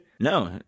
No